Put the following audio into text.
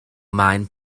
maen